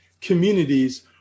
communities